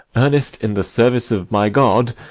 earnest in the service of my god,